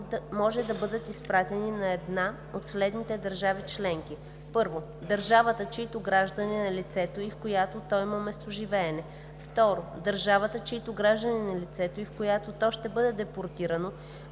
може да бъдат изпратени на една от следните държави членки: 1. държавата, чийто гражданин е лицето и в която то има местоживеене; 2. държавата, чийто гражданин е лицето и в която то ще бъде депортирано,